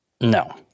No